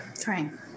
trying